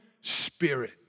spirit